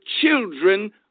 children